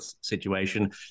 situation